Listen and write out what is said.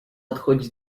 odchodzi